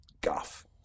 guff